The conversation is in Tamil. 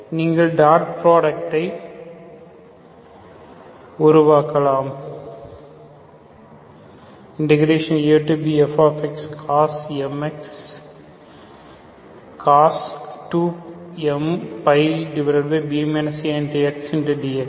நீங்கள் டாட் புராடக்டை dot product உருவாக்கலாம் abfcos2mπb axdx